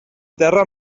terra